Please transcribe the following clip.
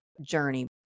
journey